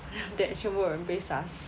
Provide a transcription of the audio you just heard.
全部的人被杀死